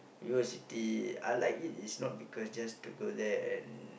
VivoCity I like it is not because just to go there and